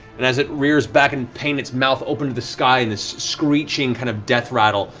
and as it rears back in pain, its mouth open to the sky in this screeching kind of death-rattle,